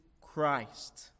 Christ